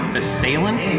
assailant